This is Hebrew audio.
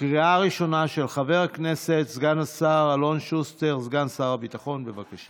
עברה בקריאה ראשונה ותעבור להמשך דיון בוועדת הכלכלה.